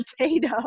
potato